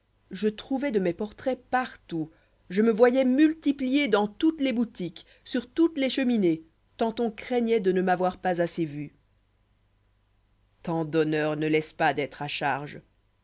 je trouvois de mes portraits partout je me voyois multiplié dans toutes les boutiques sur toutes les cheminées tant on craignoit de ne m'avoir pas assez vu tant d'honneurs ne laissent pas d'être à charge